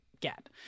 get